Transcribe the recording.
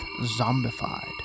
zombified